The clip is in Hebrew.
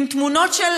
עם תמונות של